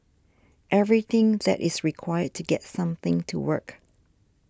everything that is required to get something to work